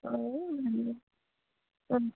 অঁ